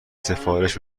سفارش